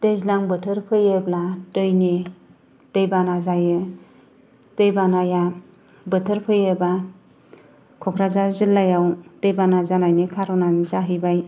दैज्लां बोथोर फैयोब्ला दैनि दैबाना जायो दैबानाया बोथोर फैयोब्ला क'क्राझार जिल्लायाव दैबाना जानायनि खारनानो जाहैबाय